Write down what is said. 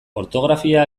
ortografia